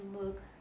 look